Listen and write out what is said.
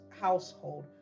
household